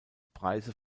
preise